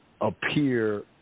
appear